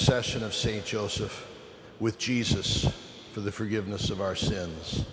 cession of st joseph with jesus for the forgiveness of our sins